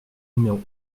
numéro